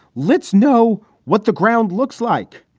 let's know what the ground looks like.